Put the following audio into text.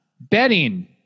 betting